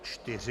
4.